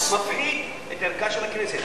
לדעתי זה מפחית את ערכה של הכנסת.